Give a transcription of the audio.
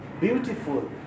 beautiful